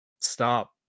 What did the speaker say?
Stop